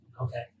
Okay